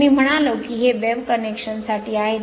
तर मी म्हणालो की हे वेव्ह कनेक्शन साठी आहे